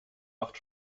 macht